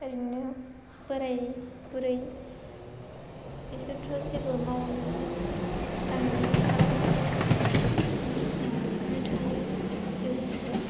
ओरैनो बोराय बुरै बेसोरथ' जेबो मावनो दांनोबो हाला नालाय ओंखाय बिसिनायावनो थायो लोगोसे